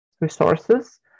resources